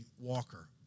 walker